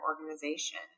organization